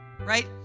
right